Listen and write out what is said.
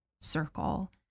circle